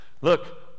Look